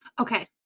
Okay